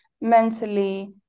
mentally